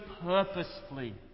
purposefully